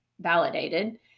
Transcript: validated